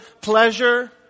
pleasure